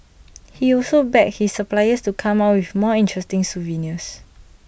he also begged his suppliers to come up with more interesting souvenirs